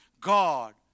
God